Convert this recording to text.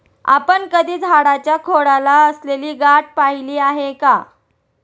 आपण कधी झाडाच्या खोडाला असलेली गाठ पहिली आहे का?